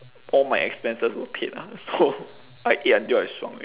all my expenses were paid lah so I ate until I 爽 already